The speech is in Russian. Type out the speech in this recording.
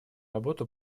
работу